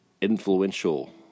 influential